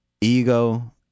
Ego